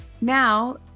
Now